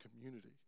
community